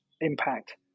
impact